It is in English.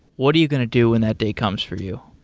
what are you going to do when that day comes for you?